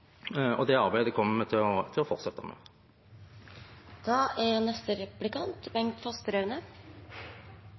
og det arbeidet kommer vi til å fortsette med. Utdanning, forskning, innovasjon, demokrati: Dette er